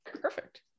Perfect